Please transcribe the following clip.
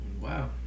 Wow